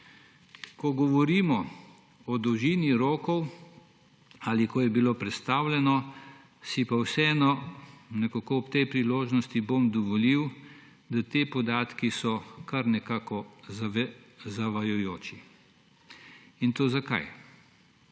Ko govorimo o dolžini rokov ali ko je bilo predstavljeno, si pa vseeno nekako ob tej priložnosti bom dovolil, da so ti podatki kar nekako zavajajoči. In to zakaj?